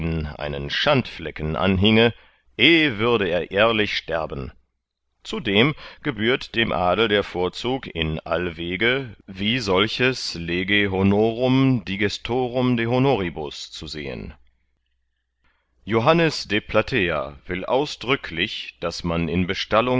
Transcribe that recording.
einen schandflecken anhienge eh würde er ehrlich sterben zudem gebührt dem adel der vorzug in allwege wie solches leg honor dig de honor zu sehen johannes